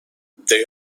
they